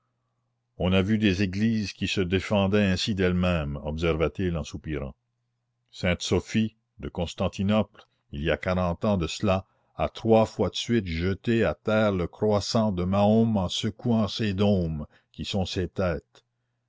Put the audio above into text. on a vu des églises qui se défendaient ainsi d'elles-mêmes observa-t-il en soupirant sainte sophie de constantinople il y a quarante ans de cela a trois fois de suite jeté à terre le croissant de mahom en secouant ses dômes qui sont ses têtes